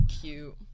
cute